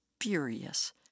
furious